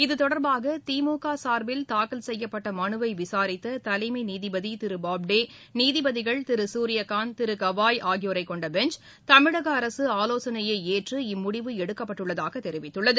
இத்தொடர்பாக திமுக சார்பில் தாக்கல் செய்யப்பட்ட மனுவை விசாரித்த தலைமை நீதிபதி திரு பாப்டே நீதிபதிகள் திரு சூரியகாந்த் திரு கவாய் ஆகியோர் கொண்ட பெஞ்ச் தமிழக அரசு ஆலோசனையை ஏற்று இம்முடிவு எடுக்கப்பட்டுள்ளதாக தெரிவித்துள்ளது